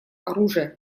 оружия